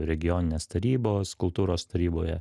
regioninės tarybos kultūros taryboje